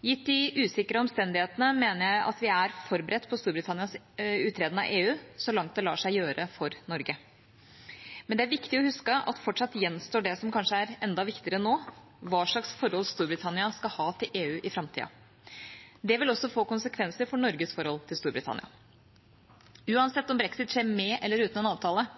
Gitt de usikre omstendighetene mener jeg at vi er forberedt på Storbritannias uttreden av EU så langt det lar seg gjøre for Norge. Men det er viktig å huske at fortsatt gjenstår det som kanskje er enda viktigere nå: hva slags forhold Storbritannia skal ha til EU i framtida. Det vil også få konsekvenser for Norges forhold til Storbritannia. Uansett om brexit skjer med eller uten en avtale,